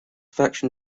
fiction